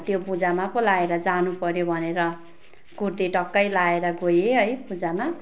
त्यो पूजामा पो लगाएर जानु पर्यो भनेर कुर्ती टक्कै लगाएर गएँ है पूजामा